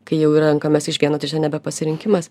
kai jau renkamės iš vieno tai čia nebe pasirinkimas